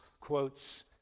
quotes